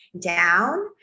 down